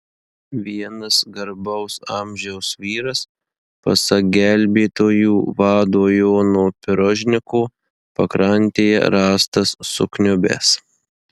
vienas garbaus amžiaus vyras pasak gelbėtojų vado jono pirožniko pakrantėje rastas sukniubęs